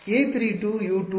ವಿದ್ಯಾರ್ಥಿ 3